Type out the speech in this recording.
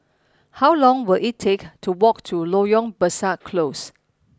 how long will it take to walk to Loyang Besar Close